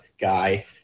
guy